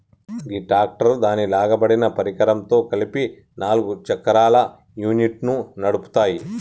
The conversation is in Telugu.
గీ ట్రాక్టర్ దాని లాగబడిన పరికరంతో కలిపి నాలుగు చక్రాల యూనిట్ను నడుపుతాము